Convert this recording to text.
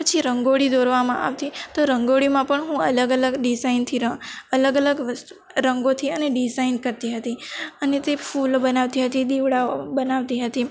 પછી રંગોળી દોરવામાં આવતી તો રંગોળીમાં પણ હું અલગ અલગ ડિઝાઈનથી અલગ અલગ વસ્તુ રંગોથી અને ડિઝાઇન કરતી હતી અને તે ફૂલ બનાવતી હતી દીવડાઓ બનાવતી હતી